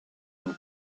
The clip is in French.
une